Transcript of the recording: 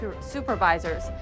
supervisors